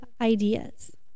ideas